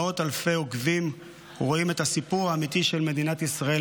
מאות אלפי עוקבים רואים את הסיפור האמיתי של מדינת ישראל,